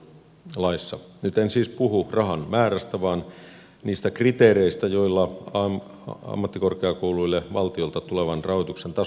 nyt en siis puhu rahan määrästä vaan niistä kriteereistä joilla ammattikorkeakouluille valtiolta tulevan rahoituksen taso määräytyy